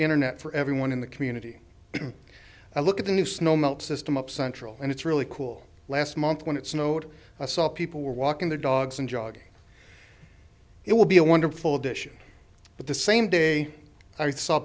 internet for everyone in the community i look at the new snow melt system up central and it's really cool last month when it snowed i saw people walking their dogs and jogging it will be a wonderful addition but the same day i saw